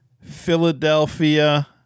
Philadelphia